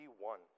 one